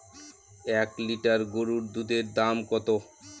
এক লিটার গরুর দুধের দাম কত?